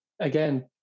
again